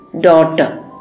daughter